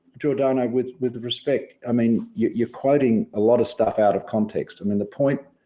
giordano with with respect, i mean, you're quoting a lot of stuff out of context. i mean, the point,